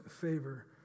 favor